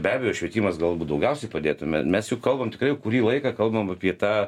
be abejo švietimas galbūt daugiausiai padėtų mes juk kalbam tikrai jau kurį laiką kalbam apie tą